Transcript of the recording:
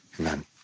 Amen